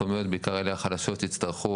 שמחכים שמישהו יעשה את זה קצת יותר